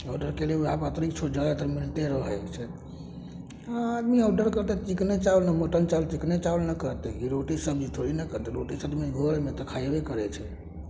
order कएली वएहपर जादातर अतिरिक्त छूट मिलिते रहै छै आदमी ऑडर करतै चिकने चावल मटन चावल चिकने चावल ने करतै कि रोटी सब्जी थोड़े ने करतै रोटी चावल घरमे तऽ खएबे करै छै